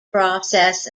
process